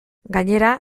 gainera